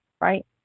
right